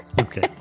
Okay